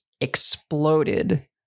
exploded